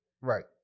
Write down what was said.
Right